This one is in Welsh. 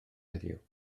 heddiw